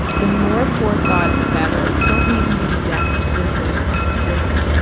the more forethought, the better. you don't need an exact, rehearsed script.